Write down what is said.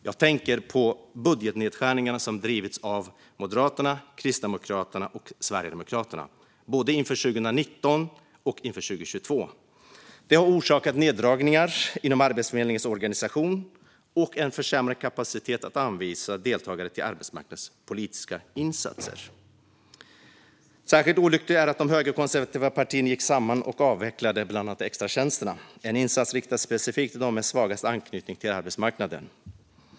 Jag tänker på budgetnedskärningarna som drivits igenom av Moderaterna, Kristdemokraterna och Sverigedemokraterna både inför 2019 och inför 2022. De har orsakat neddragningar inom Arbetsförmedlingens organisation och en försämrad kapacitet att anvisa deltagare till arbetsmarknadspolitiska insatser. Särskilt olyckligt är att de högerkonservativa partierna gick samman och avvecklade bland annat extratjänsterna, en insats riktad specifikt till dem med svagast anknytning till arbetsmarknaden.